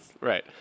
Right